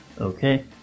Okay